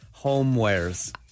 homewares